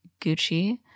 gucci